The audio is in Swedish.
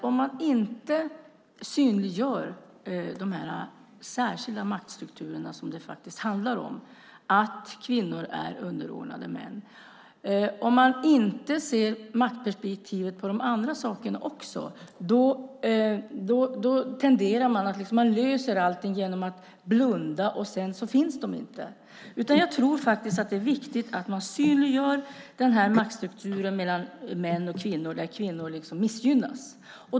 Om man inte synliggör de särskilda maktstrukturer som det handlar om, att kvinnor är underordnade män, och om man inte ser maktperspektivet på de andra sakerna också, tenderar man att tro att man löser allting genom att blunda - och sedan finns de inte. Jag tror att det är viktigt att man synliggör maktstrukturen mellan män och kvinnor, där kvinnor missgynnas.